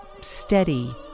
steady